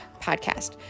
Podcast